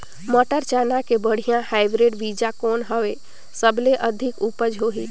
मटर, चना के बढ़िया हाईब्रिड बीजा कौन हवय? सबले अधिक उपज होही?